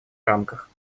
рамках